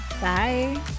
Bye